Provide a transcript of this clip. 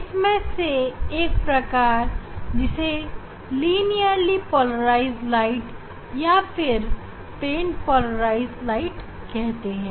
इनमें से एक प्रकार जिसे लीनियरली पोलराइज प्रकाश या फिर प्लेन पोलराइज प्रकाश कहते हैं